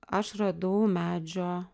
aš radau medžio